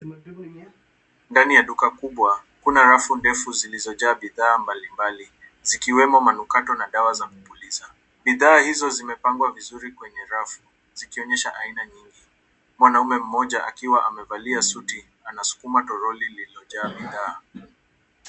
Ndani ya duka kubwa kuna rafu ndefu zilizojaa bidhaa mbali mbali, zikiwemo manukato na dawa za kupuliza. Bidhaa hizo zimepangwa vizuri kwenye rafu, zikionyesha aina nyingi. Mwanaume mmoja, akiwa amevalia suti anasukuma toroli lililojaa bidhaa.